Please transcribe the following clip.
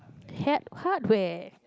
hat hardware